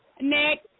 Nick